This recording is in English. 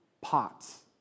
pots